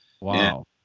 Wow